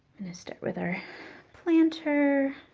start with our planter